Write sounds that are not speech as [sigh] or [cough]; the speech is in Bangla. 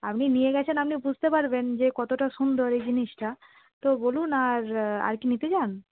আপনি নিয়ে গেছেন আপনি বুঝতে পারবেন যে কতটা সুন্দর [unintelligible] এই জিনিসটা তো বলুন আর আর কি নিতে চান